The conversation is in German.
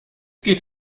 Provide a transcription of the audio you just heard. geht